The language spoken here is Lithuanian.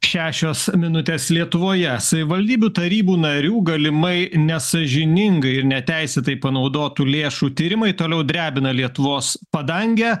šešios minutės lietuvoje savivaldybių tarybų narių galimai nesąžiningai ir neteisėtai panaudotų lėšų tyrimai toliau drebina lietuvos padangę